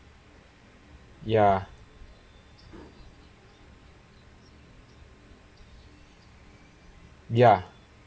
ya ya